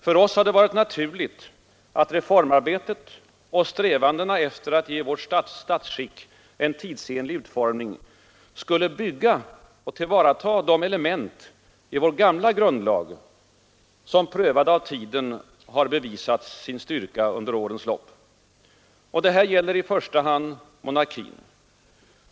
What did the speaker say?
För oss har det varit naturligt att reformarbetet och strävandena efter att ge vårt statsskick en tidsenlig utformning skulle bygga på och tillvarata de element i vår gamla grundlag som, prövade av tiden, bevisat sin styrka under årens lopp. Detta gäller i första hand monarkin.